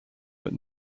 but